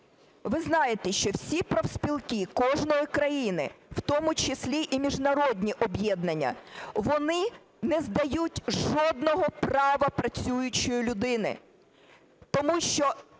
Ви знаєте, що всі профспілки кожної країни, в тому числі і міжнародні об'єднання, вони не здають жодного права працюючої людини,